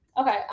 Okay